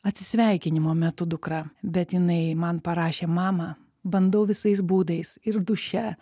atsisveikinimo metu dukra bet jinai man parašė mama bandau visais būdais ir duše